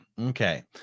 okay